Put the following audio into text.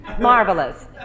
Marvelous